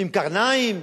עם קרניים.